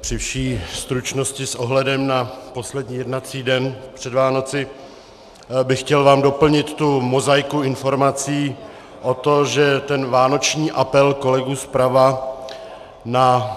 Při vší stručnosti s ohledem na poslední jednací den před Vánoci bych vám chtěl doplnit tu mozaiku informací o to, že ten vánoční apel kolegů zprava na